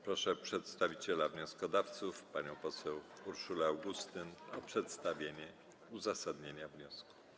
Proszę przedstawiciela wnioskodawców panią poseł Urszulę Augustyn o przedstawienie uzasadnienia wniosku.